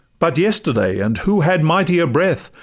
but yesterday and who had mightier breath?